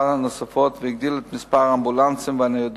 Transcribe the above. מגן-דוד-אדום תחנות הזנקה נוספות והגדיל את מספר האמבולנסים והניידות,